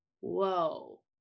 whoa